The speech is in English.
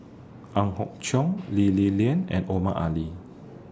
Ang Hock Chong Lee Li Lian and Omar Ali